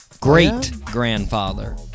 Great-grandfather